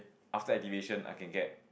after activation I can get